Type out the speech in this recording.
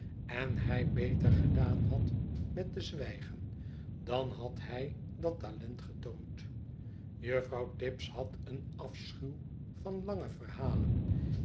en hij beter gedaan had met te zwijgen dan had hij dat talent getoond juffrouw tibbs had een afschuw van lange verhalen